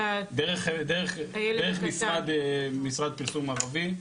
דרך משרד פרסום ערבי.